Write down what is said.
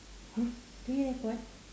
eh did you record